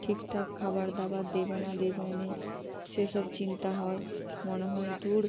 ঠিকঠাক খাবার দাবার দেবে না দেবে না সে সব চিন্তা হয় মনে হয় দূর